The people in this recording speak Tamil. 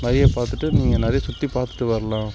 நிறைய பார்த்துட்டு நீங்கள் நிறைய சுத்திப்பார்த்துட்டு வரலாம்